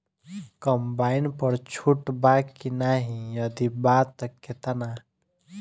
Combine पर छूट बा की नाहीं यदि बा त केतना?